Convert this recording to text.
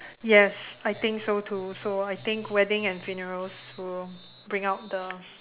yes I think so too so I think wedding and funerals will bring out the